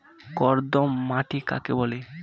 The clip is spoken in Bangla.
কর্দম মাটি কাকে বলে?